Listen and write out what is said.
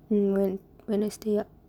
mm when wednesday